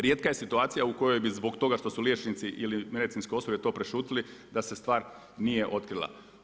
Rijetka je situacija u kojoj bi zbog toga što su liječnici ili medicinsko osoblje to prešutjeli, da se stvar nije otkrila.